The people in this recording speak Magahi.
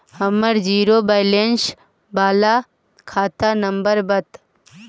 हमर जिरो वैलेनश बाला खाता नम्बर बत?